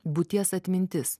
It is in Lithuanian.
būties atmintis